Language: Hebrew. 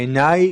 בעיניי,